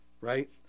Right